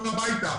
הביתה,